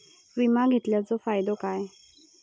विमा घेतल्याचो फाईदो काय?